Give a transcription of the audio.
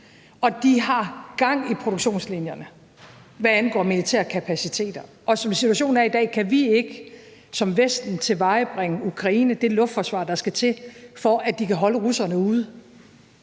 og de har gang i produktionslinjerne, hvad angår militære kapaciteter, og som situation er i dag, kan vi ikke fra Vestens side tilvejebringe Ukraine det luftforsvar, der skal til, for at de kan holde russerne ude